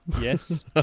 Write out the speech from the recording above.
Yes